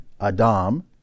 Adam